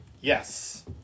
yes